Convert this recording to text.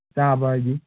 ꯆꯥꯕ ꯍꯥꯏꯗꯤ